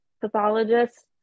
pathologists